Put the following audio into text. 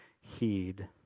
heed